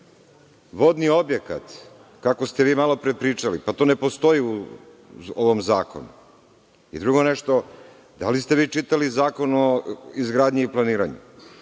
vodni objekat, kako ste vi malopre pričali, pa to ne postoji u ovom zakonu. Drugo nešto, da li ste vi čitali Zakon o izgradnji i planiranju?